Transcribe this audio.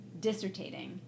dissertating